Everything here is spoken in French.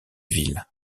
ville